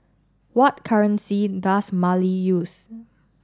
what currency does Mali use